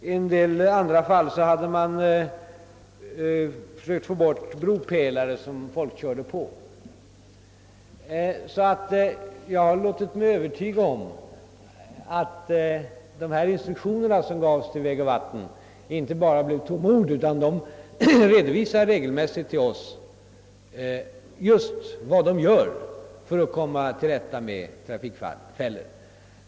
I ytterligare några fall hade man försökt få bort bropelare som trafikanter körde på. Vägoch vattenbyggnadsstyrelsen redo visar regelbundet vilka åtgärder de vidtar för att komma till rätta med trafikfällor.